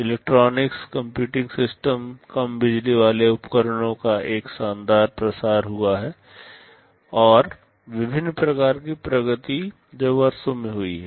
electronics computing system कम बिजली वाले उपकरणों का एक शानदार प्रसार हुआ है और विभिन्न प्रकार की प्रगति जो वर्षों में हुई हैं